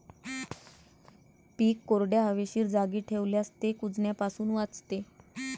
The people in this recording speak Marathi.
पीक कोरड्या, हवेशीर जागी ठेवल्यास ते कुजण्यापासून वाचते